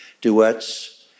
duets